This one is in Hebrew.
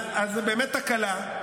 זו באמת תקלה,